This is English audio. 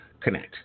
connect